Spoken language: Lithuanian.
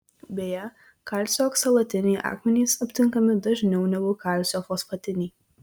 beje kalcio oksalatiniai akmenys aptinkami dažniau negu kalcio fosfatiniai